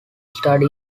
study